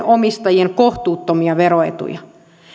omistajien kohtuuttomia veroetuja